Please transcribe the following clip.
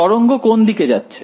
তরঙ্গ কোন দিকে যাচ্ছে